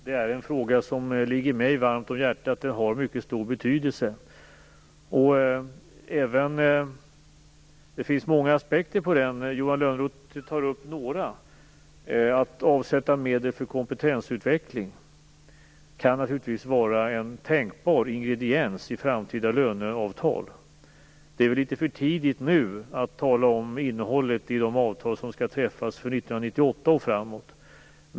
Det är en fråga som ligger mig mycket varmt om hjärtat. Lönebildningen har en mycket stor betydelse. Det finns många aspekter på lönebildningen varav Johan Lönnroth tar upp några. Att avsätta medel för kompetensutveckling kan naturligtvis vara en tänkbar ingrediens i framtida löneavtal. Det är litet för tidigt att nu tala om innehållet i de avtal som skall träffas för 1998 och framåt.